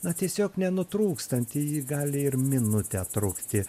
na tiesiog nenutrūkstanti ji gali ir minutę trukti